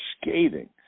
scathing